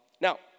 Now